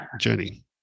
journey